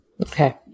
Okay